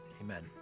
amen